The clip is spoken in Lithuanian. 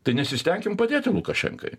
tai nesistenkim padėti lukašenkai